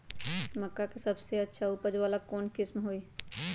मक्का के सबसे अच्छा उपज वाला कौन किस्म होई?